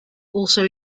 also